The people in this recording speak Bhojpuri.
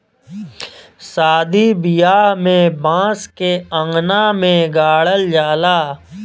सादी बियाह में बांस के अंगना में गाड़ल जाला